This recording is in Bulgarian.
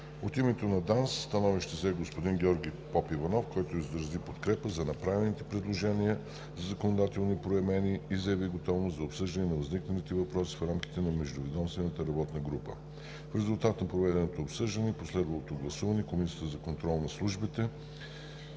От името на ДАНС становище взе господин Георги Попиванов, който изрази подкрепа за направените предложения за законодателни промени и заяви готовност за обсъждане на възникналите въпроси в рамките на междуведомствената работна група. В резултат на проведеното обсъждане и последвалото гласуване Комисията за контрол над службите